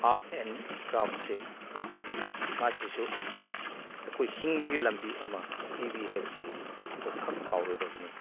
art and ꯀ꯭ꯔꯥꯐꯁꯦ ꯃꯁꯤꯁꯨ ꯑꯩꯈꯣꯏ ꯍꯤꯡꯕꯒꯤ ꯂꯝꯕꯤ ꯑꯃ ꯄꯤꯕꯤ ꯍꯥꯏꯕꯁꯦ ꯑꯩꯈꯣꯏ ꯈꯛ ꯀꯥꯎꯔꯣꯏꯗꯕꯅꯤ